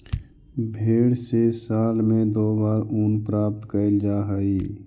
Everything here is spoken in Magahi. भेंड से साल में दो बार ऊन प्राप्त कैल जा हइ